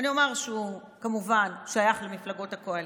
אני אומר שהוא כמובן שייך למפלגות הקואליציה,